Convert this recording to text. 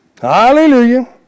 Hallelujah